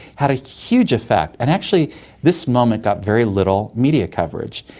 had a huge effect, and actually this moment got very little media coverage,